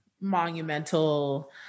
monumental